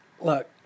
look